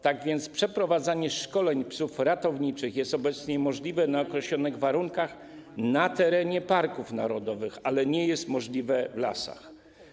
Tak więc przeprowadzanie szkoleń psów ratowniczych jest obecnie możliwe na określonych warunkach na terenie parków narodowych, ale nie jest możliwe w lasach.